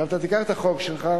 עכשיו תיקח את החוק שלך,